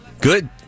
Good